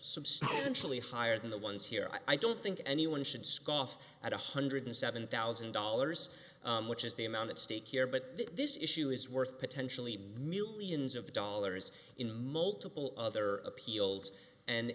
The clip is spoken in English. substantially higher than the ones here i don't think anyone should scoff at a hundred and seven thousand dollars which is the amount at stake here but this issue is worth potentially millions of dollars in multiple other appeals